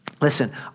Listen